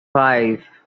five